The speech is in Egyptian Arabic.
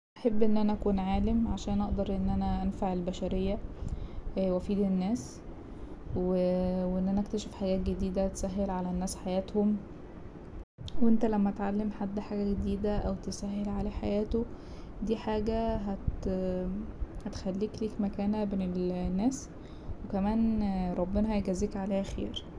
هحب ان انا اكون عالم عشان اقدر ان انا انفع البشرية وأفيد الناس و- وان انا اكتشف حاجات جديدة تسهل على الناس حياتهم وانت لما تعلم حد حاجة جديدة أو تسهل عليه حياته دي حاجة هت- هتخليك ليك مكانه بين الناس وكمان ربنا هيجازيك عليها خير.